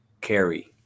carry